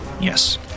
Yes